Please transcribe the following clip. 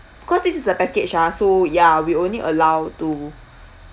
cause this is a package ah so yeah we only allow to